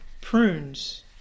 prunes